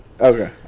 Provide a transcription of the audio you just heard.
Okay